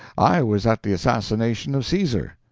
i was at the assassination of caesar.